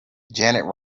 janet